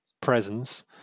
presence